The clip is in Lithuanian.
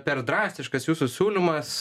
per drastiškas jūsų siūlymas